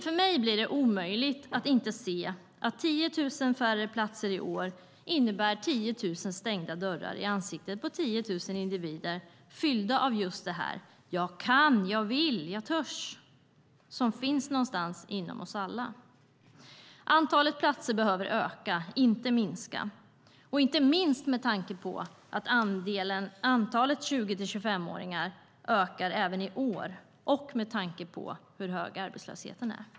För mig blir det omöjligt att inte se att 10 000 färre platser i år innebär 10 000 stängda dörrar i ansiktet på 10 000 individer fyllda av just det där "jag kan, jag vill, jag törs" som finns någonstans inom oss alla. Antalet platser behöver öka, inte minska, inte minst med tanke på att antalet 20-25-åringar ökar även i år och med tanke på hur hög arbetslösheten är.